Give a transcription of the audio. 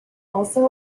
also